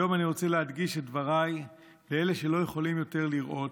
היום אני רוצה להקדיש את דבריי לאלה שלא יכולים יותר לראות,